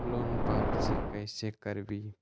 Loan वापसी कैसे करबी?